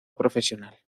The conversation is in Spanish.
profesional